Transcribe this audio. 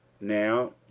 now